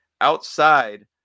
outside